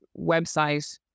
website